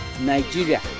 Nigeria